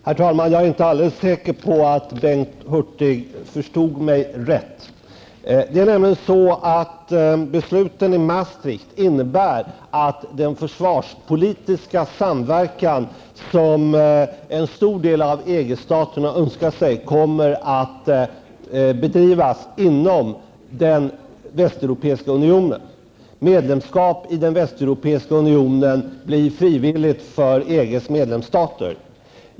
Herr talman! Jag är inte alldeles säker på att Bengt Hurtig förstod mig rätt. Det är nämligen så att besluten i Maastricht innebär att den försvarspolitiska samverkan som en stor del av EG staterna önskar sig kommer att bedrivas inom Västeuropeiska unionen blir frivilligt för EGs medlemsstater.